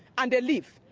and they leave.